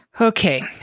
Okay